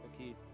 okay